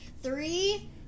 Three